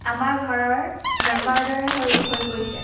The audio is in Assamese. আমাৰ ঘৰৰ মেম্বাৰৰ দৰে হৈ হৈ পৰিছে